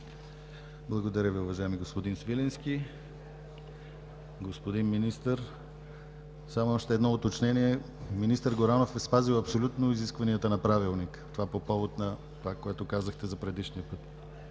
Благодаря Ви, уважаеми господин Свиленски. Господин Министър, само още едно уточнение. Министър Горанов е спазил абсолютно изискванията на Правилника. Това по повод на това, което казахте за предишния.